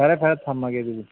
ꯐꯔꯦ ꯐꯔꯦ ꯊꯝꯃꯒꯦ ꯑꯗꯨꯗꯤ